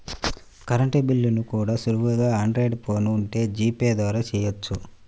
current బిల్లుల్ని కూడా సులువుగా ఆండ్రాయిడ్ ఫోన్ ఉంటే జీపే ద్వారా చెయ్యొచ్చు